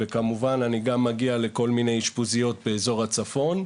וכמובן אני גם מגיע לכל מיני אשפוזיות באזור הצפון,